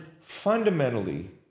fundamentally